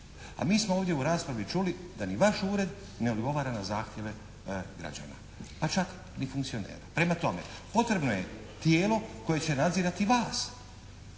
Mi smo ovdje u raspravi čuli da ni vaš ured ne odgovara na zahtjeve građana pa čak ni funkcionera. Prema tome, potrebno je tijelo koje će nadzirati vas